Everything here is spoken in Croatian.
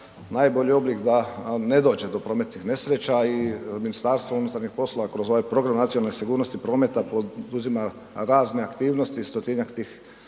najbolji oblik da ne dođe do prometnih nesreća i MUP kroz ovaj Program nacionalne sigurnosti prometa poduzima razne aktivnosti 100-njak tih